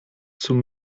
zum